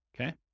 okay